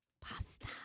pasta